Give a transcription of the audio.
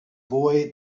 boy